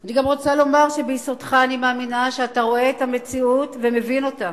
אני גם רוצה לומר שאני מאמינה שביסודך אתה רואה את המציאות ומבין אותה,